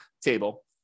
table